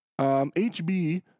HB